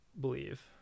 believe